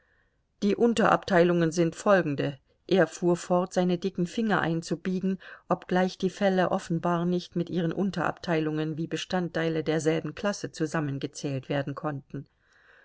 die unterabteilungen sind folgende er fuhr fort seine dicken finger einzubiegen obgleich die fälle offenbar nicht mit ihren unterabteilungen wie bestandteile derselben klasse zusammengezählt werden konnten